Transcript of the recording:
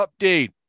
update